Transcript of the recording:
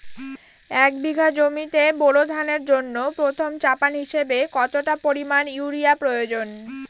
এক বিঘা জমিতে বোরো ধানের জন্য প্রথম চাপান হিসাবে কতটা পরিমাণ ইউরিয়া প্রয়োজন?